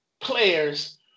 players